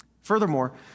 furthermore